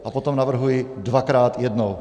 A potom navrhuji dvakrát, jednou.